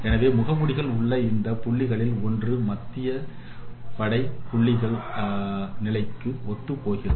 எனவே முகமூடிகள் உள்ள இந்தப் புள்ளிகளில் ஒன்று மத்திய படை துணுக்குகள் நிலைகளுக்கு ஒத்துப் போகிறது